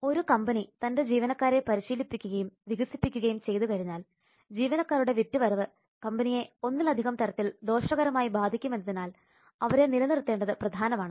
ഒരു കമ്പനി തൻറെ ജീവനക്കാരെ പരിശീലിപ്പിക്കുകയും വികസിപ്പിക്കുകയും ചെയ്തു കഴിഞ്ഞാൽ ജീവനക്കാരുടെ വിറ്റുവരവ് കമ്പനിയെ ഒന്നിലധികം തരത്തിൽ ദോഷകരമായി ബാധിക്കുമെന്നതിനാൽ അവരെ നിലനിർത്തേണ്ടത് പ്രധാനമാണ്